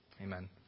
Amen